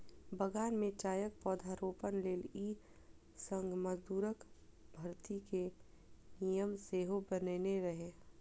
बगान मे चायक पौधारोपण लेल ई संघ मजदूरक भर्ती के नियम सेहो बनेने रहै